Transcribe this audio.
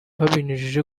babinyujije